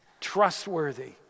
trustworthy